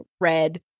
red